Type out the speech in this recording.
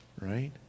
right